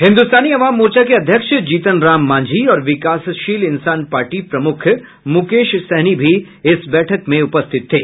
हिन्दुस्तानी अवाम मोर्चा के अध्यक्ष जीतन राम मांझी और विकासशील इंसान पार्टी प्रमुख मुकेश सहनी भी बैठक में उपस्थित थे